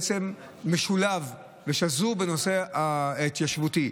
הוא בעצם משולב ושזור בנושא ההתיישבותי.